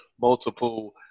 multiple